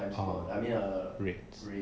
oh rates